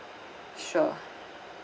sure